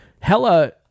Hella